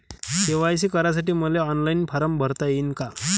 KYC करासाठी मले online form भरता येईन का?